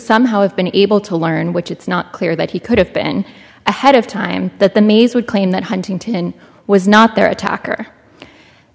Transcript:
somehow have been able to learn which it's not clear that he could have been ahead of time that the mays would claim that huntington was not their attacker